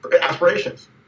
aspirations